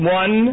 one